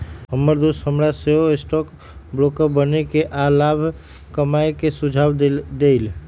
हमर दोस हमरा सेहो स्टॉक ब्रोकर बनेके आऽ लाभ कमाय के सुझाव देलइ